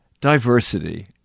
diversity